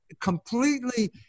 completely